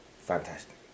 fantastic